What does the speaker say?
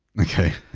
okay?